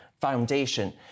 Foundation